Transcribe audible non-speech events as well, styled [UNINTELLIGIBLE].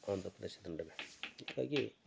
ಆಂಧ್ರ ಪ್ರದೇಶ [UNINTELLIGIBLE] ಹೀಗಾಗಿ